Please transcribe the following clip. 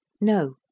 No